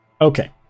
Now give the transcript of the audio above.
okay